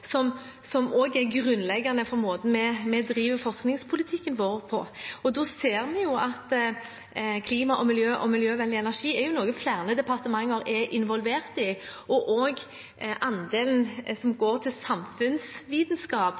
som er grunnleggende for måten vi driver forskningspolitikken vår på. Klima- og miljøvennlig energi er jo noe flere departementer er involvert i, og også andelen som går til samfunnsvitenskap